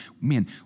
Man